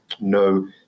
no